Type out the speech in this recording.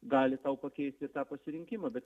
gali tau pakeisti ir tą pasirinkimą bet